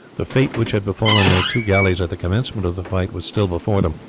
the fate which had befallen their two galleys at the commencement of the fight was still before them.